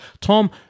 Tom